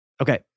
Okay